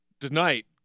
tonight